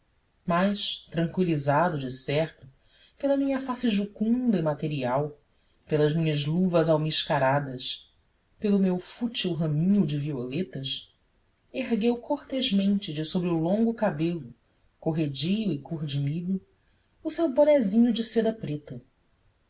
mas tranquilizado decerto pela minha face jucunda e material pelas minhas luvas almiscaradas pelo meu fútil raminho de violetas ergueu cortesmente de sobre o longo cabelo corredio e cor de milho o seu bonezinho de seda preta